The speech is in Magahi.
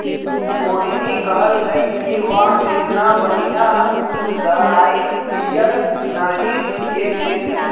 मोहिनी कहलकई कि वाह केतना बनिहा लहराईत पीयर नर्गिस के खेत हई